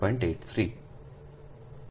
83